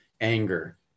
anger